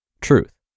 Truth